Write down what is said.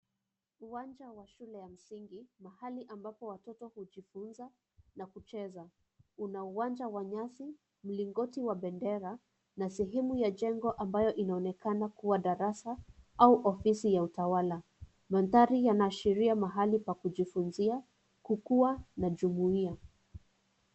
Uwanja wa shule ya msingi mahali ambapo watoto hujifunza na kucheza, una uwanja wa nyasi, mlingoti ya bendera na sehemu ya jengo ambayo inaonekana kuwa darasa au ofisi ya utawala. Mandhari inaashiria mahali pa kujifunzia, kukua na jumuiya.